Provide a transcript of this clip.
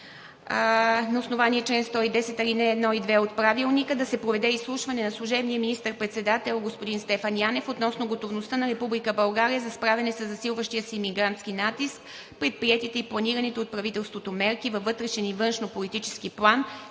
На основание чл. 110, ал. 1 и ал. 2 от Правилника да се проведе изслушване на служебния министър-председател господин Стефан Янев относно готовността на Република България за справяне със засилващия се имигрантски натиск, предприетите и планираните от правителството мерки във вътрешен и във външнополитически план,